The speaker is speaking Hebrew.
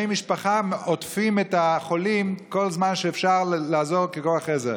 משפחה עוטפים את החולים כל זמן שאפשר לעזור ככוח עזר.